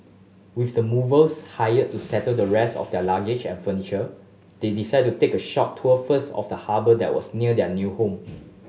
with the movers hired to settle the rest of their luggage and furniture they decided to take a short tour first of the harbour that was near their new home